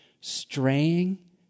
Straying